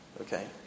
okay